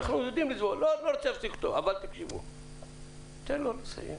תן לו לסיים.